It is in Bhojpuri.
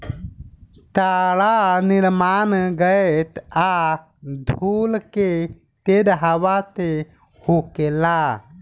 तारा के निर्माण गैस आ धूल के तेज हवा से होखेला